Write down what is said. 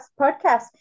podcast